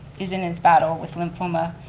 is in his battle with lymphoma,